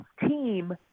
team